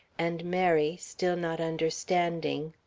and, mary still not understanding